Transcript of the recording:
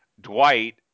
Dwight